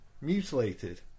mutilated